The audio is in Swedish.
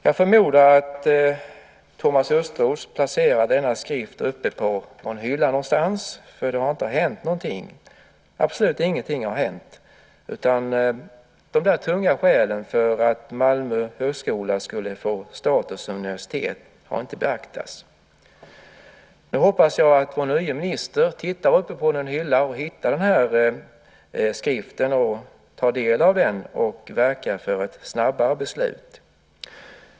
Jag förmodar att Thomas Östros placerade denna skrift på en hylla någonstans eftersom absolut ingenting har hänt. De tunga skälen för att Malmö högskola ska få status som universitet har inte beaktats. Nu hoppas jag att vår nye minister tittar på någon hylla och hittar skriften, tar del av den och verkar för ett snabbare beslut.